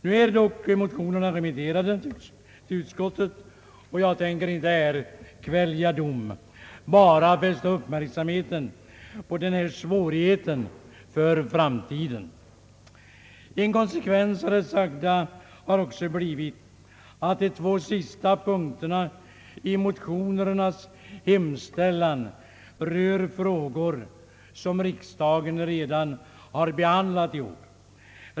Nu är dock motionerna remitterade till utskottet, och jag tänker inte här kvälja dom, bara fästa uppmärksamheten på den här svårigheten för framtiden. En konsekvens har blivit att de två sista punkterna i motionernas hemställan rör frågor som riksdagen behandlat tidigare i år.